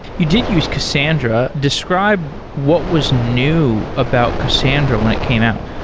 you did use cassandra. describe what was new about cassandra when it came out.